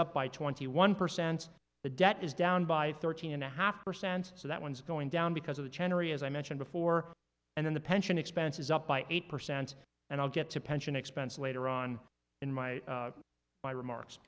up by twenty one percent the debt is down by thirteen and a half percent so that one's going down because of the chancery as i mentioned before and then the pension expense is up by eight percent and i'll get to pension expense later on in my my remarks